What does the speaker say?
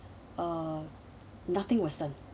uh nothing was done